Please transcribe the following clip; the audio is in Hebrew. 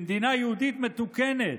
במדינה יהודית מתוקנת,